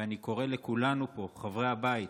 ואני קורא לכולנו פה, חברי הבית,